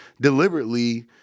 deliberately